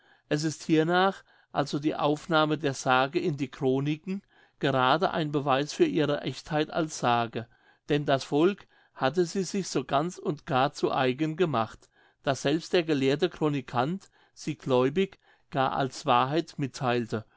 es ist hiernach also die aufnahme der sage in die chroniken gerade ein beweis für ihre echtheit als sage denn das volk hatte sie sich so ganz und gar zu eigen gemacht daß selbst der gelehrte chronikant sie gläubig gar als wahrheit mittheilte